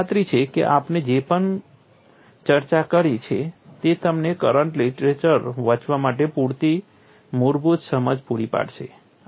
મને ખાતરી છે કે આપણે જે પણ ચર્ચા કરી છે તે તમને કરંટ લીટરેચર વાંચવા માટે પૂરતી મુળભૂત સમજ પૂરી પાડશે